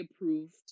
approved